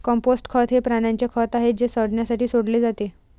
compost खत हे प्राण्यांचे खत आहे जे सडण्यासाठी सोडले जाते